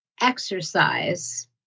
exercise